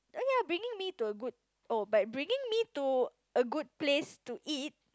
oh ya bringing me to a good oh but bringing me to a good place to eat